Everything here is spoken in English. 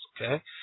Okay